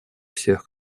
всех